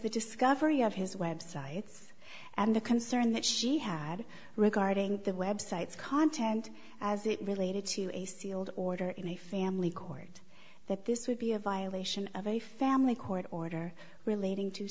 the discovery of his websites and the concern that she had regarding the websites content as it related to a sealed order in a family court that this would be a violation of a family court order relating to